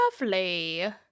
Lovely